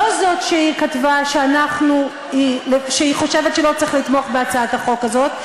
לא זאת שהיא כתבה שהיא חושבת שלא צריך לתמוך בהצעת החוק הזאת,